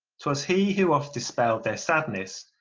twas he who oft dispelled their sadness.